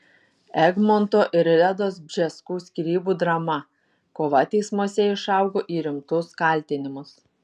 egmonto ir redos bžeskų skyrybų drama kova teismuose išaugo į rimtus kaltinimus